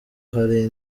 hari